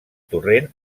torrent